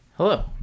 hello